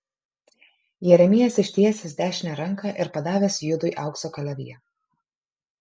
jeremijas ištiesęs dešinę ranką ir padavęs judui aukso kalaviją